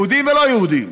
יהודים ולא יהודים,